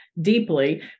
deeply